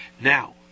Now